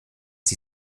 sie